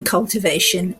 cultivation